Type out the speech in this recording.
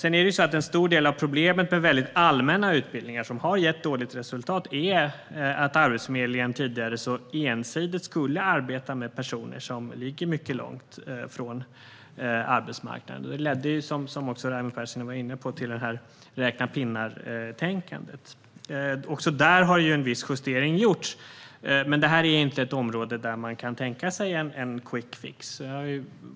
En stor del av problemet med allmänna utbildningar som har gett dåligt resultat är att Arbetsförmedlingen tidigare så ensidigt skulle arbeta med personer som ligger mycket långt från arbetsmarknaden. Det ledde till, som också Raimo Pärssinen var inne på, räkna-pinnar-tänkandet. Också där har en viss justering gjorts, men det är inte ett område där man kan tänka sig en quickfix.